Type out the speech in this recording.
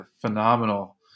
phenomenal